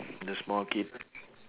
the small kid